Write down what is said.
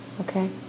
Okay